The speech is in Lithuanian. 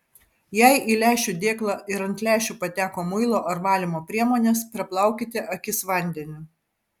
jei į lęšių dėklą ir ant lęšių pateko muilo ar valymo priemonės praplaukite akis vandeniu